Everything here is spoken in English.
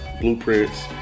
Blueprints